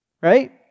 right